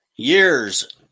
Years